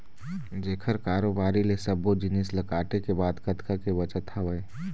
जेखर कारोबारी ले सब्बो जिनिस ल काटे के बाद कतका के बचत हवय